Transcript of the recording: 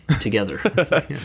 together